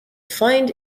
find